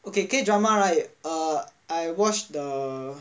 okay K drama right err I watch the